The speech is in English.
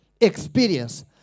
experience